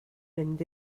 mynd